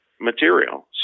material